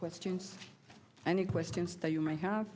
questions any questions that you may have